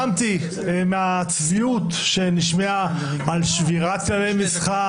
לכן אני לא יכול לצפות למשהו